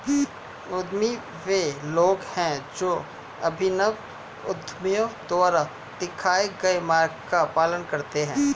उद्यमी वे लोग हैं जो अभिनव उद्यमियों द्वारा दिखाए गए मार्ग का पालन करते हैं